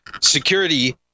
security